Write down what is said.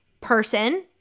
person